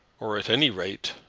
or, at any rate,